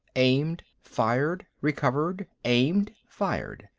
aimed, fired, recovered, aimed, fired.